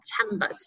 september